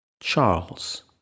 Charles